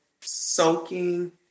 soaking